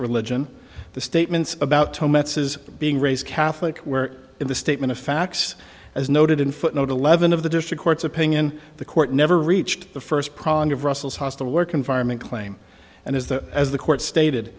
religion the statements about thomas is being raised catholic where in the statement of facts as noted in footnote eleven of the district court's opinion the court never reached the first prong of russell's hostile work environment claim and as the as the court stated